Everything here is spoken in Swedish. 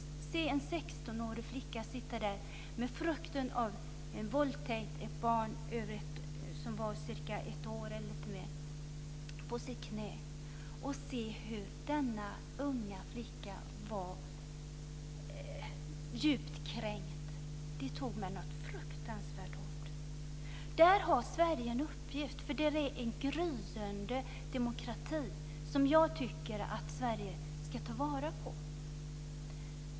Jag fick se en 16-årig flicka sitta där med frukten av en våldtäkt, ett barn som var lite mer än ett år, i sitt knä. Jag kunde se hur denna unga flicka var djupt kränkt. Det tog mig fruktansvärt hårt. Där har Sverige en uppgift. Där finns en gryende demokrati som jag tycker att Sverige ska ta vara på.